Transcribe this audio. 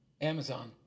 Amazon